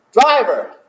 Driver